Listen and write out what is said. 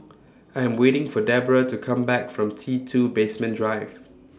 I Am waiting For Deborah to Come Back from T two Basement Drive